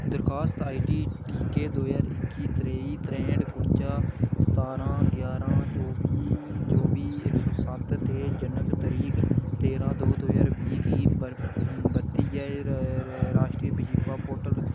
दरखास्त आईडी टीके दो ज्हार इक्की त्रेई त्रेंह्ट कुंजा सतारां ग्यारां चौह्बी चौह्बी इक सौ सत्त ते जनक तरीक तेरां दो दो ज्हार बीह् गी बर बरतियै र र राश्ट्री बजीफा पोर्टल